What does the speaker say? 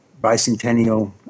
bicentennial